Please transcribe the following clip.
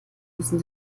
müssen